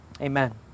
amen